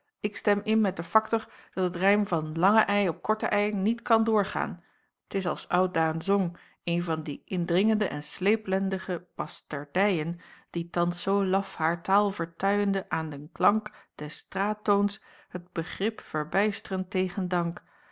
ik stem in met den factor dat het rijm van ij op ei niet kan doorgaan t is als oudaen zong een van die indringende en sleepen basterd dijen die thans zoo laf haar taal vertuijende aan den klank des straat toons het begrip verbyst'ren tegen